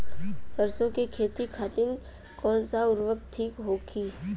सरसो के खेती खातीन कवन सा उर्वरक थिक होखी?